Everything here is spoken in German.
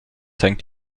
hängt